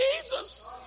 Jesus